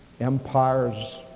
empires